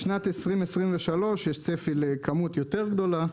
בשנת 2023 יש צפי לכמות יותר גדולה.